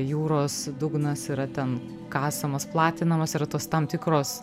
jūros dugnas yra ten kasamas platinamas yra tos tam tikros